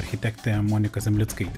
architektė monika zemlickaitė